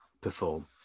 perform